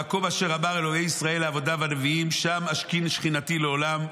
במקום אשר אמר אלוהי ישראל לעבדיו הנביאים: שם אשכין שכינתי לעולם.